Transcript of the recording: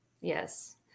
Yes